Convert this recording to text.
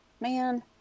man